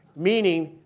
meaning,